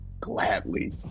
Gladly